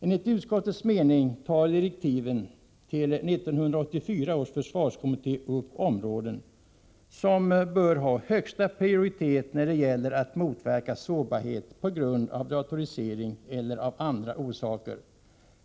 Enligt utskottets mening tar direktiven till 1984 års försvarskommitté upp områden som bör ha högsta prioritet när det gäller att motverka sårbarhet på grund av datorisering eller av andra orsaker.